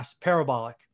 parabolic